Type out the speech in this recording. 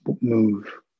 move